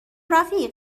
رفیق